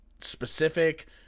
specific